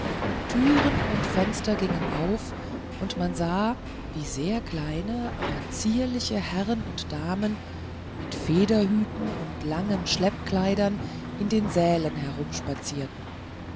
türen und fenster gingen auf und man sah wie sehr kleine aber zierliche herrn und damen mit federhüten und langen schleppkleidern in den sälen herumspazierten